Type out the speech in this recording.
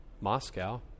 Moscow